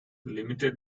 limited